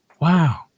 Wow